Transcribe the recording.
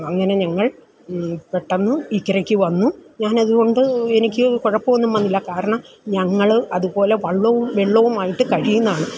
അങ്ങനെ ഞങ്ങൾ പെട്ടന്ന് ഇക്കരയ്ക്ക് വന്നു ഞാനത് കൊണ്ട് എനിക്ക് കുഴപ്പമൊന്നും വന്നില്ല കാരണം ഞങ്ങൾ അത്പോലെ വള്ളവും വെള്ളവും ആയിട്ട് കഴിയുന്നതാണ്